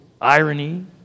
irony